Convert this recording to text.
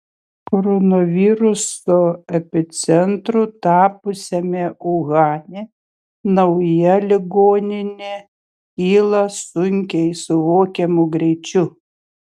koronaviruso epicentru tapusiame uhane nauja ligoninė kyla sunkiai suvokiamu greičiu